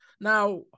Now